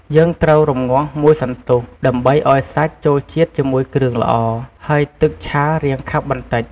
យើងត្រូវរម្ងាស់មួយសន្ទុះ ដើម្បីឱ្យសាច់ចូលជាតិជាមួយគ្រឿងល្អ ហើយទឹកឆារាងខាប់បន្តិច។